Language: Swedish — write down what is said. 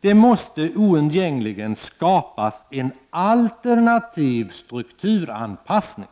Det måste oundgängligen skapas en alternativ strukturanpassning.